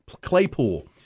Claypool